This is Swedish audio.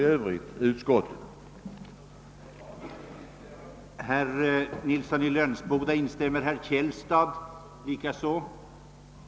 I övrigt biträder jag utskottets hemställan.